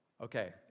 Okay